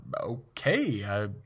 okay